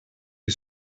est